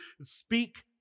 speak